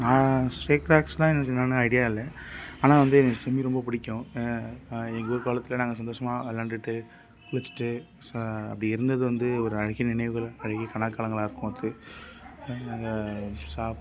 நான் எனக்கு என்னான்னு ஐடியா இல்லை ஆனால் வந்து எனக்கு ஸ்விம்மிங் ரொம்ப பிடிக்கும் எங்க ஊர் குளத்துல நாங்கள் சந்தோஷமாக விளாண்டுட்டு குளிச்சிவிட்டு சா அப்படி இருந்தது வந்து ஒரு அழகிய நினைவுகள் அழகிய கனாக்காலங்களாக இருக்கும் அது சாப்